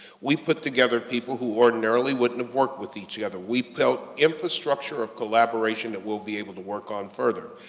we put together people who ordinarily wouldn't have worked with each other. we built infrastructure of collaboration that we'll be able to work on further.